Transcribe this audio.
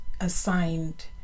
assigned